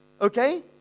okay